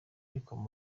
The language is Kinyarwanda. uko